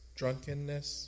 drunkenness